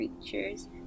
creatures